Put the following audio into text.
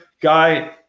guy